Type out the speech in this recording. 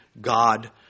God